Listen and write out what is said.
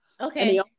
Okay